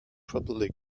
properly